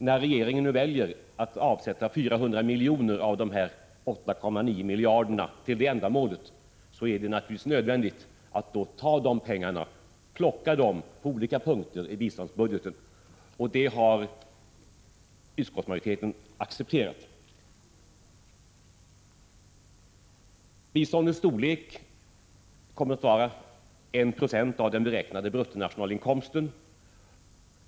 När regeringen nu väljer att avsätta 400 milj. av dessa 8,9 miljarder till detta ändamål är det naturligtvis nödvändigt att ta dessa pengar på olika punkter i biståndsbudgeten, och detta har utskottsmajoriteten accepterat. Biståndets storlek kommer att vara 1 90 av den beräknade bruttonationalinkomsten.